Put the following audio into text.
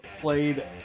played